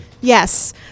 Yes